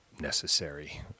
Necessary